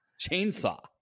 Chainsaw